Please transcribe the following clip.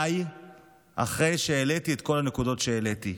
אחרי שהעליתי את כל הנקודות שהעליתי.